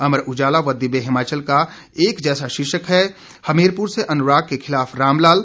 अमर उजाला व दिव्य हिमाचल का एक जैसा शीर्षक है हमीरपूर से अनुराग के खिलाफ रामलाल